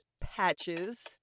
patches